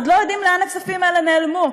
עוד לא יודעים לאן הכספים האלה נעלמו.